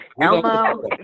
Elmo